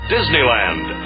disneyland